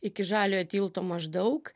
iki žaliojo tilto maždaug